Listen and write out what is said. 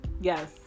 Yes